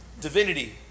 Divinity